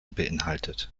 beinhaltet